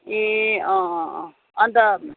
ए अँ अँ अँ अन्त